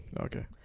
Okay